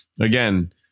again